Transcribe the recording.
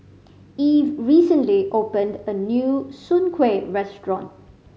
Eve recently opened a new soon kway restaurant